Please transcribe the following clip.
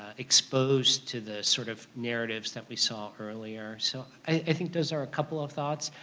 ah exposed to the sort of narratives that we saw earlier. so i think those are a couple of thoughts.